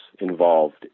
involved